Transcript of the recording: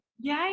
Yay